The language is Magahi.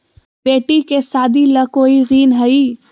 बेटी के सादी ला कोई ऋण हई?